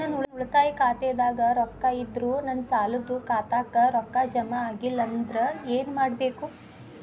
ನನ್ನ ಉಳಿತಾಯ ಖಾತಾದಾಗ ರೊಕ್ಕ ಇದ್ದರೂ ನನ್ನ ಸಾಲದು ಖಾತೆಕ್ಕ ರೊಕ್ಕ ಜಮ ಆಗ್ಲಿಲ್ಲ ಅಂದ್ರ ಏನು ಮಾಡಬೇಕು?